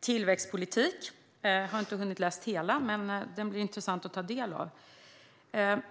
tillväxtpolitik. Jag har inte hunnit läsa hela, men det är intressant att ta del av den.